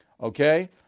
okay